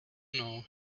know